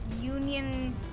Union